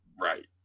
Right